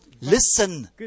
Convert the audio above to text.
Listen